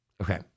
Okay